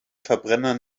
verbrenner